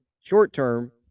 short-term